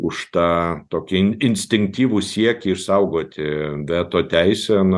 už tą tokį in instinktyvų siekį išsaugoti veto teisę na